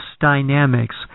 dynamics